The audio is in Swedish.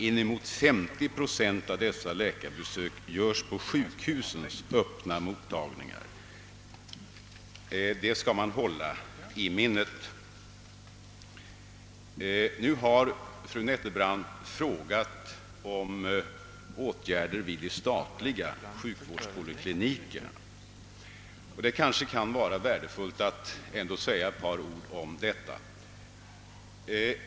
Inemot 50 procent av dessa läkarbesök sker vid sjukhusens öppna mottagningar — det bör man hålla i minnet. Fru Nettelbrandt efterlyste närmast åtgärder vid de statliga sjukvårdspoliklinikerna, och det kanske kan vara av intresse att säga några ord därom.